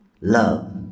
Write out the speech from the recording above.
Love